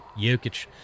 Jokic